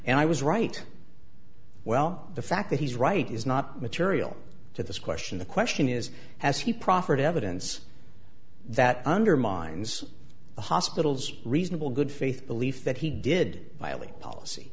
and i was right well the fact that he's right is not material to this question the question is has he proffered evidence that undermines the hospital's reasonable good faith belief that he did violate policy